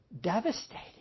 devastating